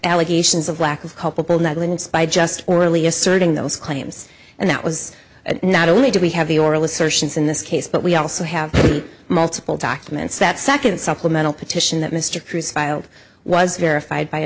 allegations of lack of culpable negligence by just orally asserting those claims and that was not only do we have the oral assertions in this case but we also have multiple documents that second supplemental petition that mr cruz filed was verified by